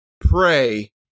pray